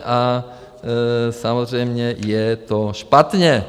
A samozřejmě je to špatně.